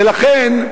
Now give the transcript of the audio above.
ולכן,